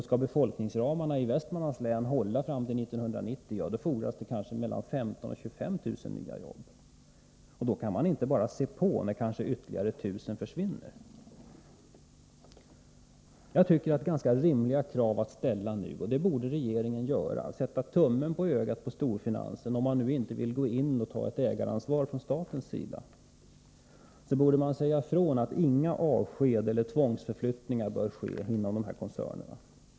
Skall befolkningsramarna fram till 1990 i Västmanlands län hålla, fordras kanske mellan 15000 och 25000 nya jobb, och då kan man inte bara se på när ytterligare 1000 jobb försvinner. Några krav tycker jag det är ganska rimligt att ställa nu. Det borde regeringen göra för att sätta tummen på ögat på storfinansen — om man nu inte vill gå in och ta ett ägaransvar från statens sida. Regeringen borde säga ifrån att inga avskedanden eller tvångsförflyttningar bör ske inom koncernen.